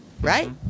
Right